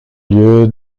lieu